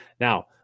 Now